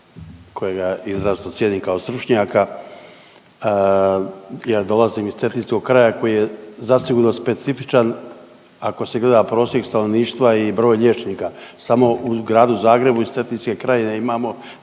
kojega i zdravstvo cijeni kao stručnjaka. Ja dolazim iz cetinskog kraja koji je zasigurno specifičan ako se gleda prosjek stanovništva i broj liječnika. Samo u gradu Zagrebu iz Cetinske krajine imamo